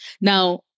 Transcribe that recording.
Now